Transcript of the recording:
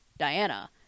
Diana